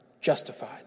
justified